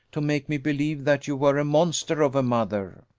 to make me believe that you were a monster of a mother.